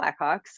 Blackhawks